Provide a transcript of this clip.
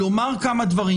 לומר כמה דברים.